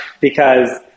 because-